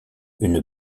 une